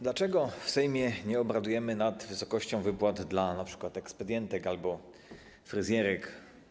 Dlaczego w Sejmie nie obradujemy nad wysokością wypłat np. dla ekspedientek albo fryzjerek?